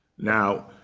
now,